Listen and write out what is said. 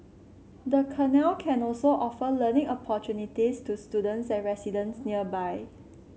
the canal can also offer learning opportunities to students and residents nearby